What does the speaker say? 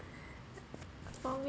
for me